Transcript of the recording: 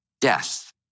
death